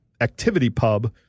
ActivityPub